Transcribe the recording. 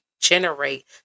generate